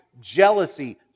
jealousy